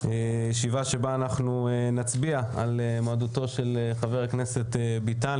ישיבה שבה אנחנו נצביע על מועמדות של חבר הכנסת ביטן.